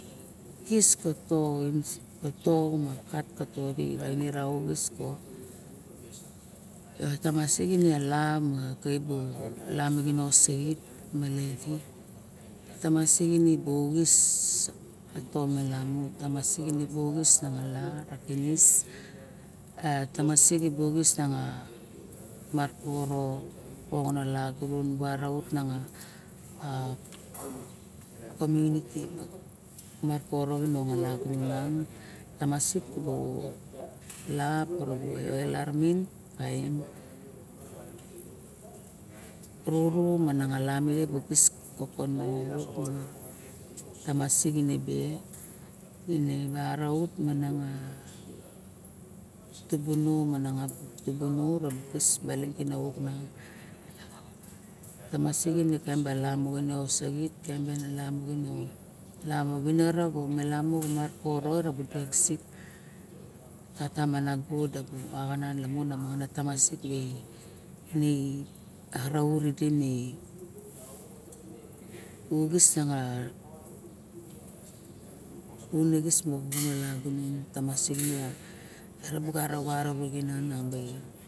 Kis ma to ma to ma ladi ma todi oxis ka tamasik mala na xisone male di madibo buoxis ma to malamu ka tamasik kaine osaxit di masixin madi ma to malamu ma tamasik bu xis kara kinis a tamasik dibu xis maroxon no lagunon bu araut a komunity moxo lagunon maiang ma tamasik bu lap ma vevel arixen main roro lamin dibu kis koto neng kala tamasik ine bu araut ba dibuno rabu kis baling kauk tamasik reng baling diling dibu vivit baling lamu mara lama mat koro tamasik ka tata me ngo dibu axanan tabu sik ka manean nan uxis u unixis mo lagunon tamasik yat me dere bu yara bu.